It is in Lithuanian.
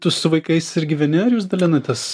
tu su vaikais ir gyveni ar jūs dalinatės